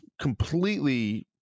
completely